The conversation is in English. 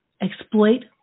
exploit